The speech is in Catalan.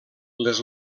les